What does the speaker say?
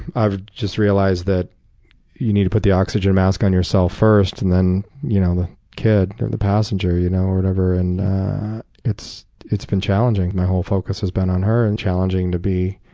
i've just realized that you need to put the oxygen mask on yourself first and then you know the kid or and the passenger you know or whatever. and it's it's been challenging. my whole focus has been on her. and challenging to be